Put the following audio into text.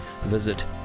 visit